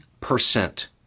percent